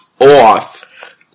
off